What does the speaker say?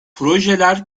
projeler